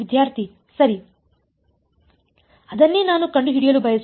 ವಿದ್ಯಾರ್ಥಿ ಸರಿ